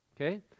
Okay